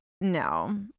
no